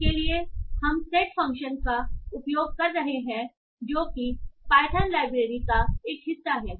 इसके लिए हम सेट फ़ंक्शन का उपयोग कर रहे हैं जो कि पायथन लाइब्रेरी का एक हिस्सा है